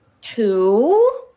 two